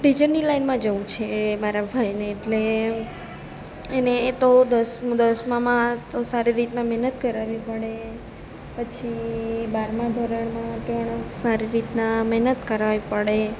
ટીચરની લાઈનમાં જવું છે એ મારા ભાઈને એટલે એને તો દસમું દસમાં તો સારી રીતના મહેનત કરાવવી પડે પછી બારમાં ધોરણમાં પણ સારી રીતના મહેનત કરાવવી પડે